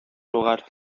lugar